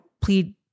plead